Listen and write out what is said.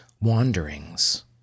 wanderings